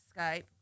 Skype